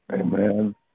Amen